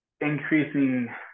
increasing